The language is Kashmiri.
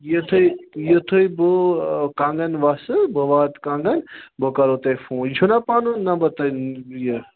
یُتھُے یُتھُے بہٕ کَنگن وَسہٕ بہٕ واتہٕ کَنگن بہٕ کَرو تۄہہِ فون یہِ چھُنا پَنُن نَمبر تۄہہِ یہِ